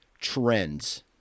trends